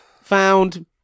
found